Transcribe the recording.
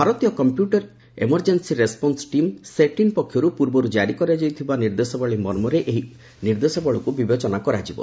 ଭାରତୀୟ computer emergency response team CERT In ପକ୍ଷରୁ ପୂର୍ବରୁ ଜାରି କରାଯାଇଥିବା ଉପଦେଶାବଳୀ ମର୍ମରେ ଏହି ଉପଦେଶିକାକୁ ବିବେଚନା କରାଯିବ